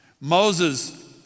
Moses